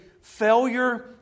failure